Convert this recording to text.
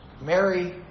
Mary